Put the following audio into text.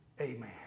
Amen